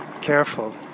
Careful